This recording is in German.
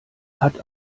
hat